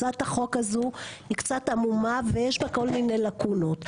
הצעת החוק הזו היא קצת עמומה ויש בה כל מיני לקונות,